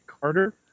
Carter